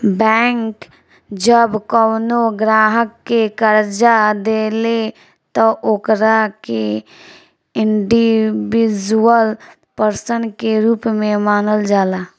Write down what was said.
bank जब कवनो ग्राहक के कर्जा देले त ओकरा के इंडिविजुअल पर्सन के रूप में मानल जाला